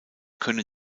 können